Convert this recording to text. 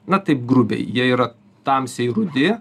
na taip grubiai jie yra tamsiai rudi